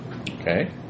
Okay